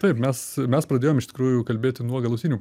taip mes mes pradėjom iš tikrųjų kalbėti nuo galutinių